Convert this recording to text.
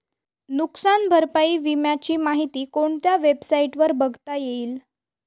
नुकसान भरपाई विम्याची माहिती कोणत्या वेबसाईटवर बघता येईल?